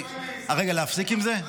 רגע, להפסיק עם זה?